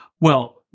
Well-